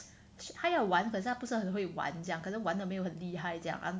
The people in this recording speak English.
他要玩可是他很像不会玩这样可是玩得没有很厉害这样